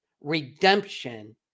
redemption